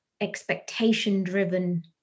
expectation-driven